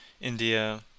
India